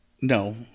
No